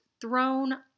thrown